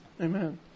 Amen